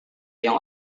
yang